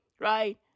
Right